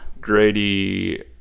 Grady